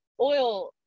oil